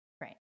Right